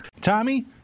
Tommy